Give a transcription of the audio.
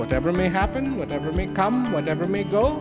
whatever may happen whatever may come whatever may go